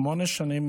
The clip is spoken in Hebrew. שמונה שנים,